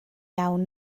iawn